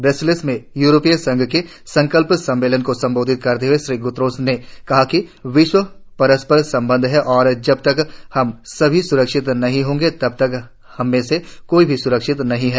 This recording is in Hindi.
ब्रसेल्स में यूरोपीय संघ के संकल्प सम्मेलन को संबोधित करते हुए श्री ग्तरश ने कहा कि विश्व परस्पर संबंद्व है और जब तक हम सभी स्रक्षित नहीं होंगे तब तक हममें से कोई भी स्रक्षित नहीं है